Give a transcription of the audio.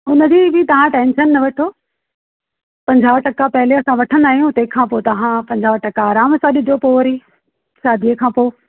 उनजी बि तव्हां टेंशन न वठो पंजाह टका पहिले असां वठंदा आहियूं तंहिंखां पोइ तव्हां पंजाह टका आरामु सां ॾिजो पोइ वरी शादीअ खां पोइ